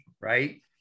right